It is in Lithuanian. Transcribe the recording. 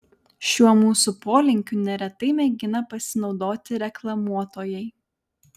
šiuo mūsų polinkiu neretai mėgina pasinaudoti reklamuotojai